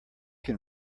can